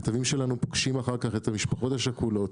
הכתבים שלנו פוגשים אחר כך את המשפחות השכולות,